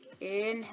inhale